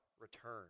return